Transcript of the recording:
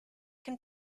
can